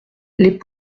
les